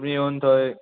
येवन थंय